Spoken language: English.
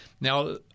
Now